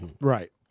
Right